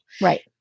Right